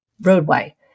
roadway